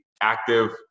active